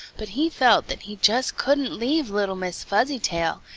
but he felt that he just couldn't leave little miss fuzzytail,